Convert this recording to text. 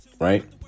right